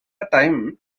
time